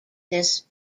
this